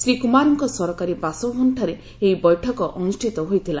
ଶ୍ରୀ କୁମାରଙ୍କ ସରକାରୀ ବାସଭବନଠାରେ ଏହି ବୈଠକ ଅନୁଷ୍ଠିତ ହୋଇଥିଲା